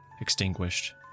Extinguished